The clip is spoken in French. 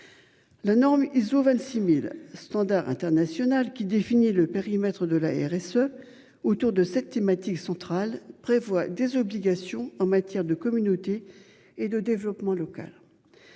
La norme ISO 26.000 standard international qui définit le périmètre de la RSE autour de cette thématique centrale prévoit des obligations en matière de communautés et de développement local.